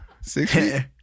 Six